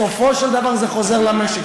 בסופו של דבר זה חוזר למשק.